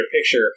picture